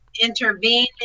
intervene